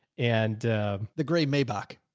and the gray maybach.